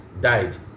died